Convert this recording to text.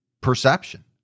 perception